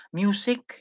music